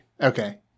Okay